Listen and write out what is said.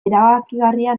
erabakigarria